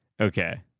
okay